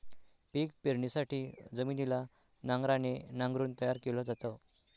पिक पेरणीसाठी जमिनीला नांगराने नांगरून तयार केल जात